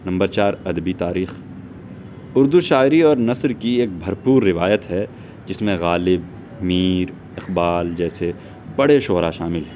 number چار ادبی تاریخ اردو شاعری اور نثر کی ایک بھرپور روایت ہے جس میں غالب میر اقبال جیسے بڑے شعرا شامل ہیں